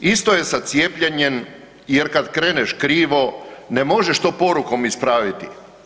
Isto je sa cijepljenjem jer kad kreneš krivo, ne možeš to porukom ispraviti.